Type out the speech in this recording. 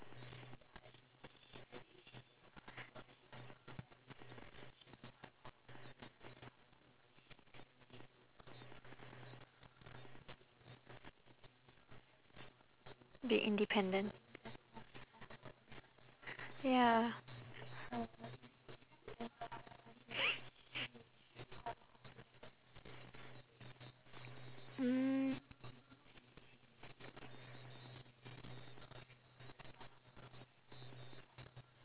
be independent ya